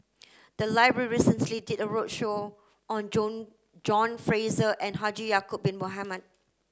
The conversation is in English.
the library recently did a roadshow on John Fraser and Haji Ya'acob bin Mohamed